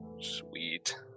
Sweet